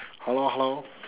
hello hello